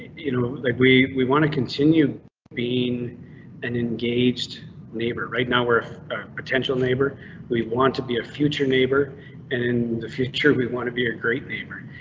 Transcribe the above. you know, like we we want to continue being an engaged neighbor right now, where potential neighbor we want to be a future neighbor and in the future we want to be a great neighbor.